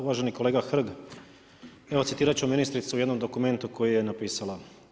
Uvaženi kolega Hrg, evo citirati ću ministricu u jednom dokumentu koji je napisala.